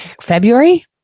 February